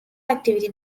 activity